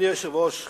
אדוני היושב-ראש,